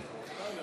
פיצול